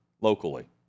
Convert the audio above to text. locally